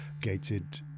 gated